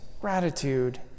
gratitude